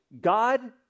God